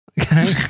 Okay